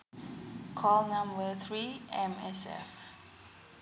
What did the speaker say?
call number three M_S_F